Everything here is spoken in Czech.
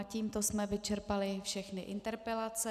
Tímto jsme vyčerpali všechny interpelace.